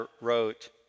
wrote